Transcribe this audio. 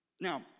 Now